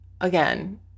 again